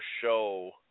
show